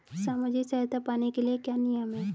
सामाजिक सहायता पाने के लिए क्या नियम हैं?